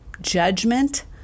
judgment